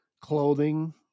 clothing